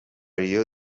rio